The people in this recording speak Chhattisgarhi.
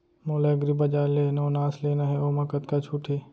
मोला एग्रीबजार ले नवनास लेना हे ओमा कतका छूट हे?